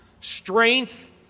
strength